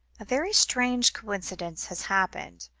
a very strange coincidence has happened,